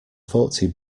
forty